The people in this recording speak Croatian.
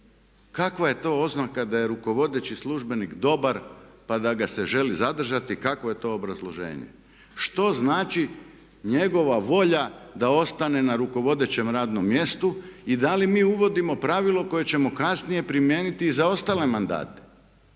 Kakva je to oznaka da je rukovodeći službenik dobar, pa da ga se želi zadržati, kakvo je to obrazloženje? Što znači njegova volja da ostane na rukovodećem radnom mjestu? I da li mi uvodimo pravilo koje ćemo kasnije primijeniti i za ostale mandate?